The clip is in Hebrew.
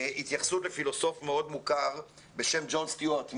בהתייחסות לפילוסוף מאוד מוכר בשם ג'ונס סטיוארט מיל,